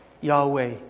Yahweh